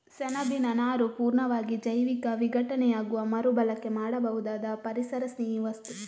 ಸೆಣಬಿನ ನಾರು ಪೂರ್ಣವಾಗಿ ಜೈವಿಕ ವಿಘಟನೆಯಾಗುವ ಮರು ಬಳಕೆ ಮಾಡಬಹುದಾದ ಪರಿಸರಸ್ನೇಹಿ ವಸ್ತು